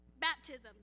baptisms